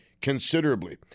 considerably